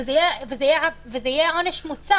וזה יהיה עונש מוצא.